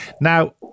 Now